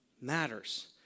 matters